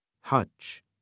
hutch